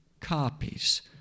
copies